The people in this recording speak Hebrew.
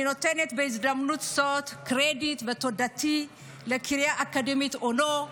אני נותנת בהזדמנות זאת את הקרדיט ואת תודתי לקריה האקדמית אונו,